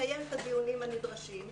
לקיים את הדיונים הנדרשים,